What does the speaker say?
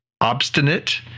obstinate